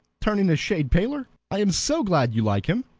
turning a shade paler. i am so glad you like him.